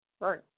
Right